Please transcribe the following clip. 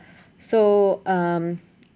so um